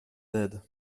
d’aide